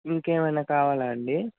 ఇంకేమైనా కావాలా అండి